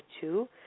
two